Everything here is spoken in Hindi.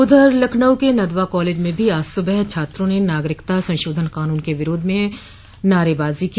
उधर लखनऊ के नदवा कॉलेज में भी आज सुबह छात्रों ने नागरिकता संशोधन कानून के विरोध में नारेबाजी की